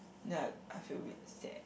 ya I feel a bit sad